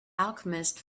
alchemist